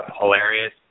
hilarious